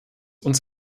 uns